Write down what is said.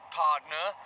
partner